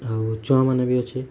ଆଉ ଛୁଆ ମାନେ ବି ଅଛି